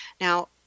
Now